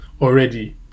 already